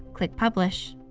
click publish.